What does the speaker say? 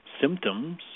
symptoms